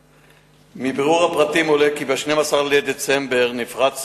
מבירור הפרטים עולה כי ב-12 בדצמבר נפרץ